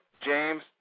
James